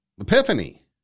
Epiphany